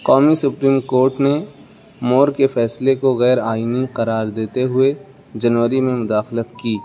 قومی supreme court نے مور کے فیصلے کو غیرآئینی قرار دیتے ہوئے جنوری میں مداخلت کی